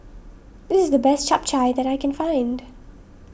this is the best Chap Chai that I can find